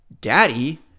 Daddy